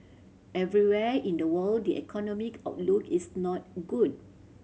everywhere in the world the economic outlook is not good